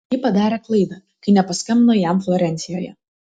ji padarė klaidą kai nepaskambino jam florencijoje